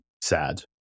sad